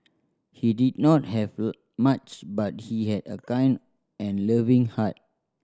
he did not have much but he had a kind and loving heart